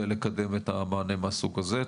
על מנת לקדם את המענה מהסוג הזה.